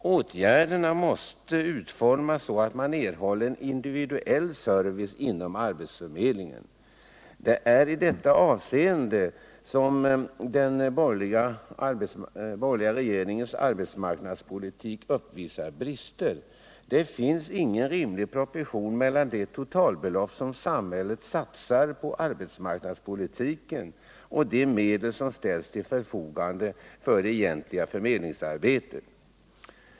Åtgärderna måste utformas så att man erhåller en individuell service inom arbetsförmedlingen. Det är i detta avseende som den borgerliga regeringens arbetsmarknadspolitik uppvisar brister. Det finns ingen rimlig proportion mellan det totalbelopp som samhället satsar på arbetsmarknadspolitiken och de medel som ställs till förfogande för det egentliga förmedlingsarbetet.